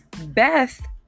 Beth